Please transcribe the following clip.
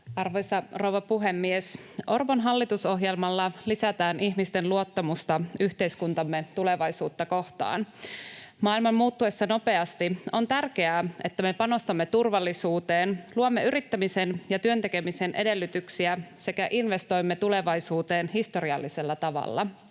Arvoisa rouva puhemies! Orpon hallitusohjelmalla lisätään ihmisten luottamusta yhteiskuntamme tulevaisuutta kohtaan. Maailman muuttuessa nopeasti on tärkeää, että me panostamme turvallisuuteen, luomme yrittämisen ja työn tekemisen edellytyksiä sekä investoimme tulevaisuuteen historiallisella tavalla.